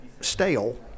stale